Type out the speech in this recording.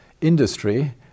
industry